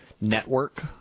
network